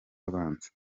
abanza